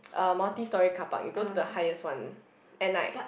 uh multi story car park you go to the highest one at night